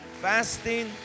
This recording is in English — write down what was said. fasting